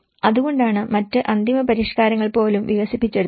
അതുകൊണ്ടാണ് മറ്റ് അന്തിമ പരിഷ്കാരങ്ങൾ പോലും വികസിപ്പിച്ചെടുത്തത്